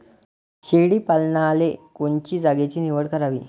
शेळी पालनाले कोनच्या जागेची निवड करावी?